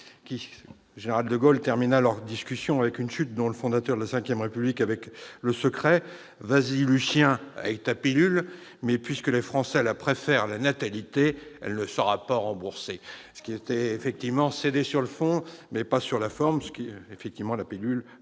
Le général de Gaulle conclut leur discussion avec une chute dont le fondateur de la V République avait le secret :« Vas-y, Lucien, avec ta pilule, mais puisque les Français la préfèrent à la natalité, elle ne sera pas remboursée !». C'était céder sur le fond, mais pas sur la forme- en effet, dans un premier